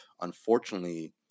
unfortunately